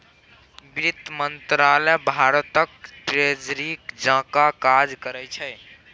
बित्त मंत्रालय भारतक ट्रेजरी जकाँ काज करै छै